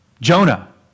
Jonah